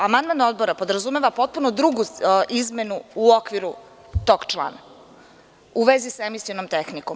Amandman odbora podrazumeva potpuno drugu izmenu u okviru tog člana u vezi sa emisionom tehnikom.